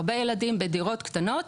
הרבה ילדים בדירות קטנות.